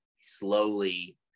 slowly